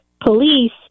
police